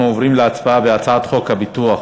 אנחנו עוברים להצבעה על הצעת חוק הביטוח